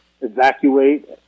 evacuate